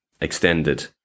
extended